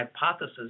hypothesis